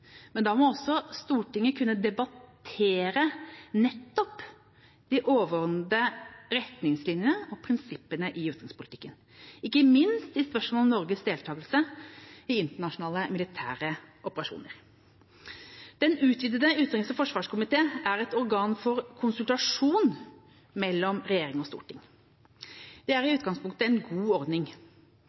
Men da må også Stortinget kunne debattere nettopp de overordnede retningslinjene og prinsippene i utenrikspolitikken, ikke minst i spørsmålet om Norges deltagelse i internasjonale militære operasjoner. Den utvidete utenriks- og forsvarskomité er et organ for konsultasjon mellom regjering og storting. Det er i utgangspunktet en god ordning.